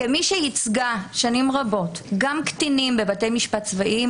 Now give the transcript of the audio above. כמי שייצגה שנים רבות גם קטינים בבתי משפט צבאיים,